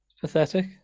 pathetic